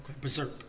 Berserk